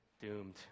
doomed